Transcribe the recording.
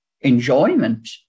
enjoyment